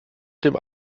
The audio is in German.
ihrem